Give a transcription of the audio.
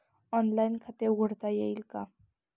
Online खाते उघडता येईल का?